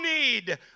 need